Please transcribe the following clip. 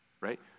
right